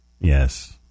Yes